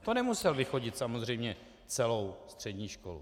To nemusel vychodit samozřejmě celou střední školu.